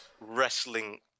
wrestling